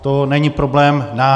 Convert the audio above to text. To není problém náš.